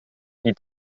die